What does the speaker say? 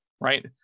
Right